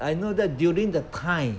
I know that during the kind